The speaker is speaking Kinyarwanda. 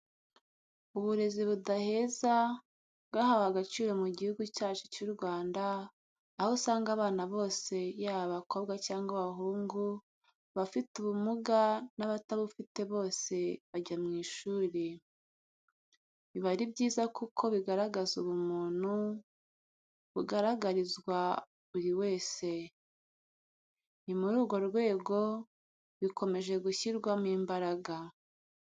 Uburezi budaheza bwahawe agaciro mu gihugu cyacu cy'u Rwanda, aho usanga abana bose yaba abakobwa cyangwa abahungu, abafite ubumuga n'abatabufite bose bajya mu ishuri. Biba ari byiza kuko bigaragaza ubumuntu bugaragarizwa buri wese. Ni muri urwo rwego bikomeje gushyirwamo imbaraga.